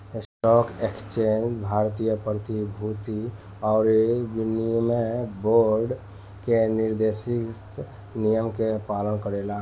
stock exchange भारतीय प्रतिभूति अउरी विनिमय बोर्ड के निर्देशित नियम के पालन करेला